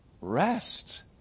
rest